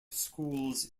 schools